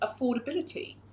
affordability